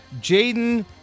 Jaden